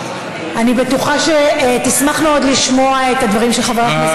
אני בטוחה שתשמח מאוד לשמוע את הדברים של חבר הכנסת גילאון.